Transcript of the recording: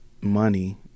money